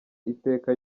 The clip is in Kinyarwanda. iteka